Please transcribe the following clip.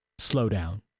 slowdown